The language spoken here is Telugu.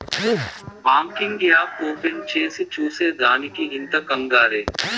బాంకింగ్ యాప్ ఓపెన్ చేసి చూసే దానికి ఇంత కంగారే